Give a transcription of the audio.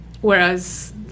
Whereas